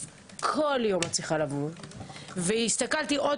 כל יום את צריכה לבוא בטיפולי IVF. הסתכלתי עוד